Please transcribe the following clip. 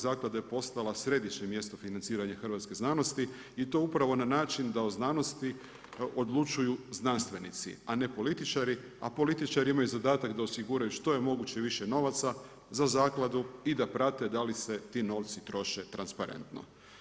Zaklada je postala središnje mjesto financiranja hrvatske znanosti i to upravo na način da o znanosti odlučuju znanstvenici a ne političari a političari imaju zadatak da osiguraju što je moguće više novaca za zakladu i da prate da li se ti novci troše transparentno.